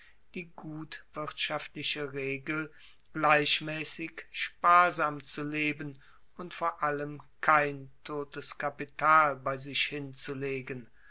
die gut wirtschaftliche regel gleichmaessig sparsam zu leben und vor allem kein totes kapital bei sich hinzulegen